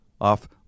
off